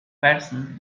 person